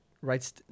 writes